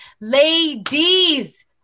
ladies